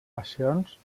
passions